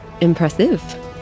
Impressive